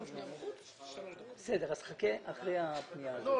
במסגרת הפנייה שלנו